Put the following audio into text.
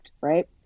right